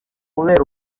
kubera